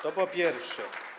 To po pierwsze.